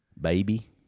Baby